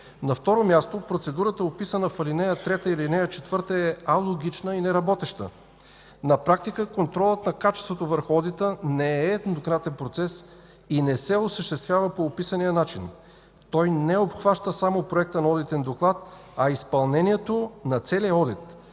На второ място, процедурата, описана в ал. 3 и ал. 4, е алогична и неработеща. На практика и контролът на качеството върху одита не е еднократен процес и не се осъществява по описания начин. Той не обхваща само проекта на одитен доклад, а изпълнението на целия одит.